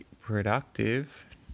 productive